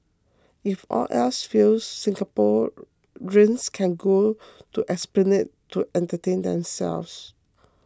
if all else fails Singaporeans can go to Esplanade to entertain themselves